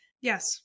Yes